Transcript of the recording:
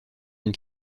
une